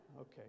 Okay